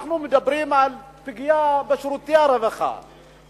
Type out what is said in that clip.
אנחנו מדברים על פגיעה בשירותי הרווחה.